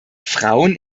frauen